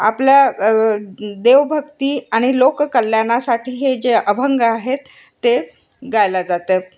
आपल्या देवभक्ती आणि लोककल्याणासाठी हे जे अभंग आहेत ते गायला जाते